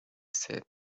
said